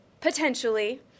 Potentially